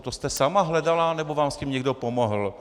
To jste sama hledala, nebo vám s tím někdo pomohl?